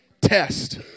test